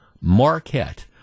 Marquette